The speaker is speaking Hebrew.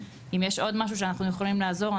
אם יש עוד משהו שאנחנו יכולים לעזור בו,